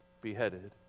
beheaded